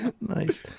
Nice